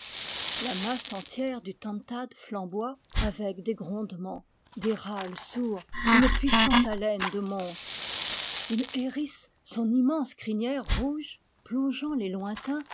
la masse entière du iantad flamboie avec des grondements des râles sourds une puissante haleine de monstre il hérisse son immense crinière rouge plongeant les lointains